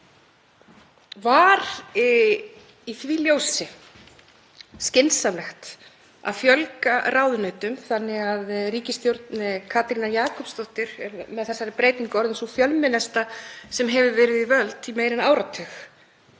ára. Var í því ljósi skynsamlegt að fjölga ráðuneytum þannig að ríkisstjórn Katrínar Jakobsdóttur er með þessari breytingu orðin sú fjölmennasta sem verið hefur við völd í meira en áratug?